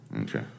okay